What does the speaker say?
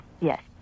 Yes